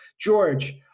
George